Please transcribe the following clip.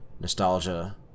nostalgia